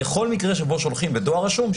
בכל מקרה שבו שולחים בדואר רשום,